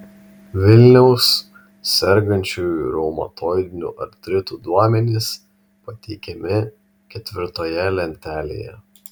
vilniaus sergančiųjų reumatoidiniu artritu duomenys pateikiami ketvirtoje lentelėje